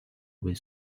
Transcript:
with